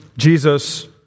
Jesus